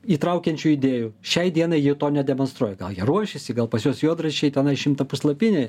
įtraukiančių idėjų šiai dienai jie to nedemonstruoja gal jie ruošiasi gal pas juos juodraščiai tenai šimtapuslapiniai